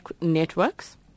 networks